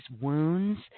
wounds